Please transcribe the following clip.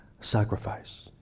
sacrifice